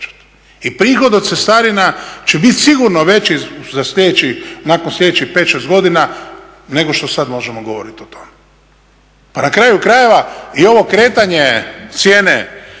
I prihod od cestarina će biti sigurno veći nakon sljedećih pet, šest godina nego što sad možemo govorit o tome. Pa na kraju krajeva i ovo kretanje cijene